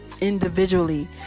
individually